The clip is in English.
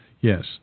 Yes